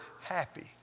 happy